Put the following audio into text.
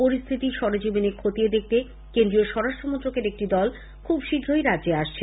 পরিস্হিতি সরেজমিনে খতিয়ে দেখতে কেন্দ্রীয় স্বরাষ্ট্রমন্ত্রকের একটি দলও খুব শীঘ্রই রাজ্যে আসছে